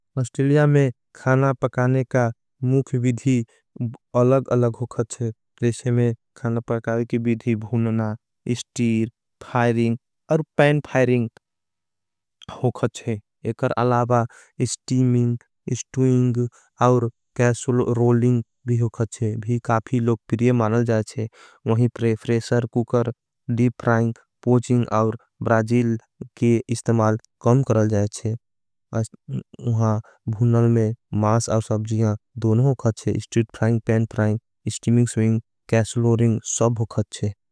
अस्टिलिया में खाना पकाने का मुख विधी अलग अलग होगत है। प्रेसे में खाना पकाने की विधी भूनना, स्टीर, फायरिंग और पैन फायरिंग होगत है। एकर अलाबा स्टीमिंग, स्टूइंग और कैसल रोलिंग भी होगत है। अस्टिलिया में खाना पकाने का मुख विधी अलग अलग होगत है। प्रेसे में खाना पकाने की विधी अलग होगत है। अस्टिलिया में खाना पकाने की विधी अलग होगत है।